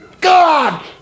god